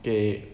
okay